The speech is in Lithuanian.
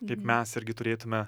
kaip mes irgi turėtume